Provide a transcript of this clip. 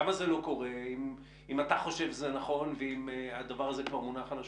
למה זה לא קורה אם אתה חושב שזה נכון ואם הדבר הזה כבר מונח על השולחן?